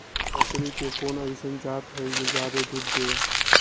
बकरी के कोन अइसन जात हई जे जादे दूध दे?